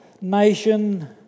nation